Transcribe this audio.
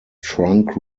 trunk